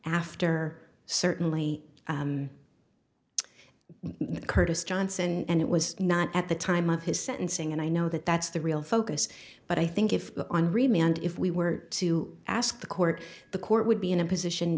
after certainly curtis johnson and it was not at the time of his sentencing and i know that that's the real focus but i think if on remained if we were to ask the court the court would be in a position